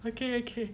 okay okay